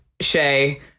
Shay